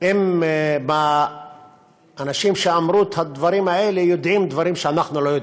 אם האנשים שאמרו את הדברים האלה יודעים דברים שאנחנו לא יודעים.